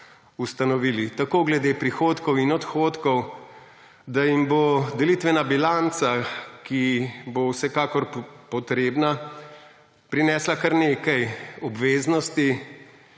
ustanovili, tako glede prihodkov in odhodkov, da jim bo delitvena bilanca, ki bo vsekakor potrebna, prinesla kar nekaj obveznosti